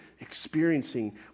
experiencing